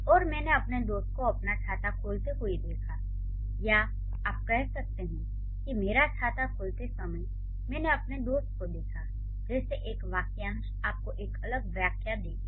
और मैंने अपने दोस्त को अपना छाता खोलते हुए देखा या आप कह सकते हैं कि मेरा छाता खोलते समय मैंने अपने दोस्त को देखा जैसे एक वाक्यांश आपको एक अलग व्याख्या देंगे